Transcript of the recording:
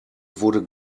wurde